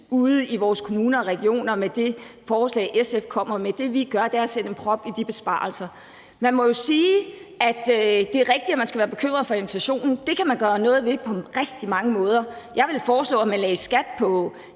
ude i vores kommuner og regioner med det forslag, SF kommer med. Det, vi gør, er at sætte en prop i de besparelser. Man må jo sige, at det er rigtigt, at man skal være bekymret for inflationen. Det kan man gøre noget ved på rigtig mange måder. Jeg ville foreslå, at man lagde skat på